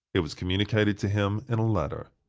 it was communicated to him in a letter.